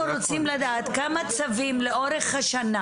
אנחנו רוצים לדעת כמה צווים לאורך השנה